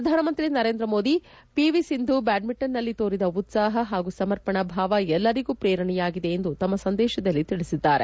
ಪ್ರಧಾನಮಂತ್ರಿ ನರೇಂದ್ರಮೋದಿ ಪಿವಿ ಸಿಂಧು ಬ್ವಾಡ್ಮಿಂಟನ್ ನಲ್ಲಿ ತೋರಿದ ಉತ್ಸಾಹ ಹಾಗು ಸಮರ್ಪಣಾಭಾವ ಎಲ್ಲರಿಗೂ ಪ್ರೇರಣೆಯಾಗಿದೆ ಎಂದು ತಮ್ಮ ಸಂದೇಶದಲ್ಲಿ ತಿಳಿಸಿದ್ದಾರೆ